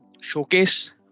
showcase